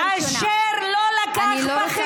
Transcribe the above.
אשר לא הביא בחשבון,